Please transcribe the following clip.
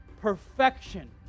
perfection